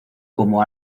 como